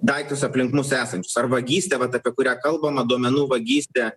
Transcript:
daiktus aplink mus esančius ar vagystė vat apie kurią kalbama duomenų vagystė